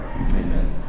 Amen